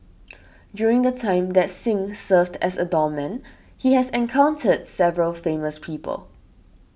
during the time that Singh served as a doorman he has encountered several famous people